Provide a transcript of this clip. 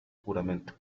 juramento